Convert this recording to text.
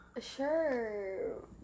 Sure